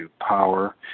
power